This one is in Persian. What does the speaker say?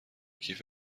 کیف